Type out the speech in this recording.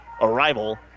Arrival